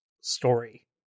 story